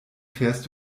fährst